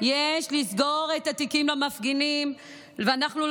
ספגנו אלימות קשה,